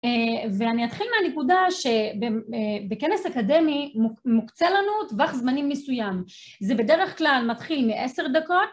ואני אתחיל מהנקודה שבכנס אקדמי מוקצה לנו טווח זמנים מסוים, זה בדרך כלל מתחיל מעשר דקות